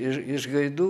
iš iš gaidų